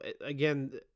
again